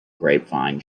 grapevine